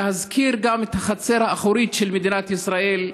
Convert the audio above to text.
להזכיר גם את החצר האחורית של מדינת ישראל,